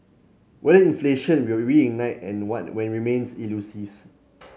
whether inflation will reignite and when remains elusive